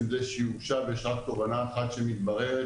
זה שהוא שם וישנה תובענה אחת שמתבררת